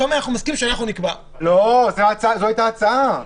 זו הייתה ההצעה.